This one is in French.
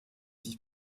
vie